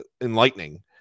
enlightening